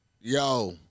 Yo